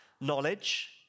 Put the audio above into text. knowledge